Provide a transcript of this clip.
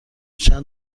چند